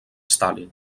stalin